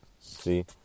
See